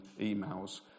emails